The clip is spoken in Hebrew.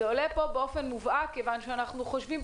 זה עולה פה באופן מובהק כיוון שאנחנו חושבים,